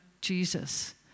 Jesus